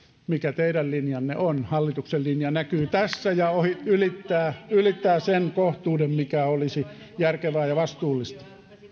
mikä teidän linjanne on hallituksen linja näkyy tässä ja ylittää ylittää sen kohtuuden mikä olisi järkevää ja vastuullista